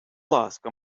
ласка